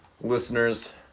listeners